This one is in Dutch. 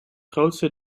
grootste